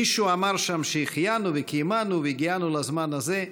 מישהו אמר שם 'שהחיינו וקיימנו והגיענו לזמן הזה'.